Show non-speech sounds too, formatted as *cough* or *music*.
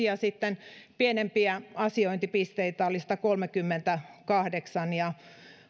*unintelligible* ja sitten pienempiä asiointipisteitä oli satakolmekymmentäkahdeksan ja